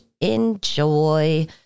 enjoy